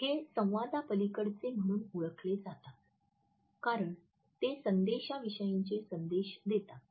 हे संवादापलीकडचे म्हणून ओळखले जातात कारण ते संदेशांविषयीचे संदेश देतात